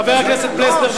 חבר הכנסת פלסנר,